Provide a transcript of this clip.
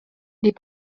les